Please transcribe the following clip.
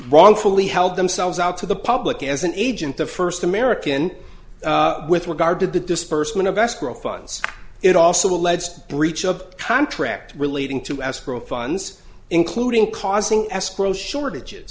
wrongfully held themselves out to the public as an agent the first american with regard to the disbursement of escrow funds it also alleged breach of contract relating to escrow funds including causing escrow shortages